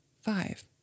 five